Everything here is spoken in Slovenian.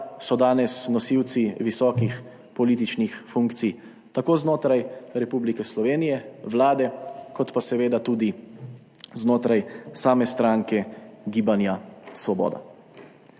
so danes nosilci visokih političnih funkcij, tako znotraj Republike Slovenije, Vlade kot seveda tudi znotraj same stranke Gibanje Svoboda.